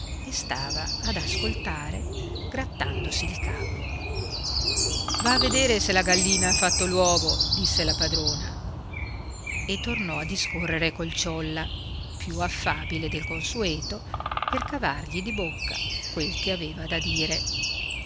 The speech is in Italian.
e stava ad ascoltare grattandosi il capo va a vedere se la gallina ha fatto l'uovo disse la padrona e tornò a discorrere col ciolla più affabile del consueto per cavargli di bocca quel che aveva da dire